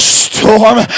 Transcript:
storm